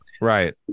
Right